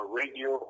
radio